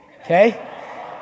Okay